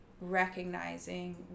recognizing